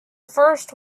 first